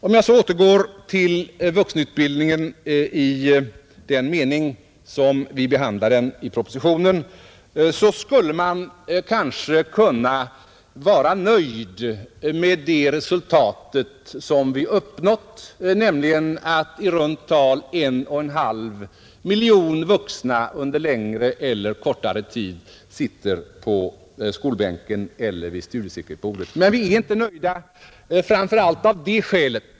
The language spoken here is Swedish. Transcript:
Om jag så återgår till vuxenutbildningen i den mening som vi behandlar den i propositionen, så vill jag säga att man kanske skulle kunna vara nöjd med det resultat som vi har uppnått, nämligen att i runt tal 1,5 miljoner vuxna under längre eller kortare tid sitter på skolbänken eller vid studiecirkelbordet. Men vi är inte nöjda, framför allt av ett skäl.